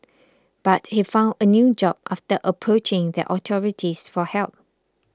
but he found a new job after approaching the authorities for help